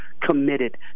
committed